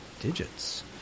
digits